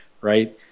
right